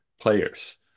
players